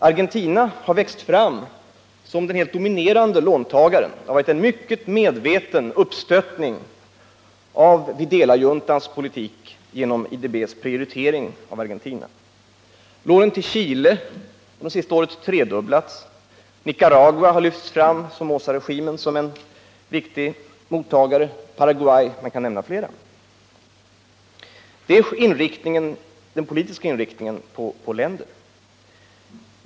Argentina har växt fram som den helt dominerande låntagaren; det har varit en mycket medveten uppstöttning av Videlajuntans politik genom IDB:s prioritering av Argentina, lånet till Chile har under det senaste året tredubblats, i Nicaragua har Somozaregimen lyfts fram som en viktig mottagare, och man kan vidare nämna Paraguay och flera länder som exempel. — Detta är den politiska inriktningen på länder.